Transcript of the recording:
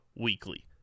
weekly